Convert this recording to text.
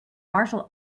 martial